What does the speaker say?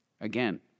again